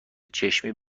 چشمی